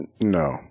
No